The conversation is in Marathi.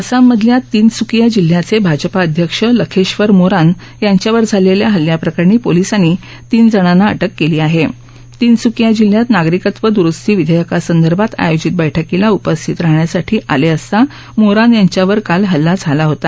आसाम मधल्या तिनसुकिया जिल्ह्याच भाजपा अध्यक्ष लखत्त मोरान याच्यावर झालखा हल्ल्याप्रकरणी पोलिसामी तीन जणाती अटक कली आह तिनसुकिया जिल्ह्यात नागरिकत्व दुरुस्ती विध्यक्रासर्दर्शात आयोजित बैठकीला उपस्थित राहण्यासाठी आल विसता मोरान याच्यावर काल हल्ला झाला होता